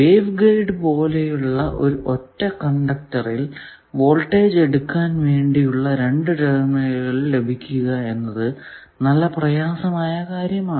wave guide പോലെയുള്ള ഒരു ഒറ്റ കണ്ടക്ടറിൽ വോൾടേജ് എടുക്കാൻ വേണ്ടി ഉള്ള രണ്ടു ടെർമിനൽ ലഭിക്കുക എന്നത് നല്ല പ്രയാസമായ കാര്യമാണ്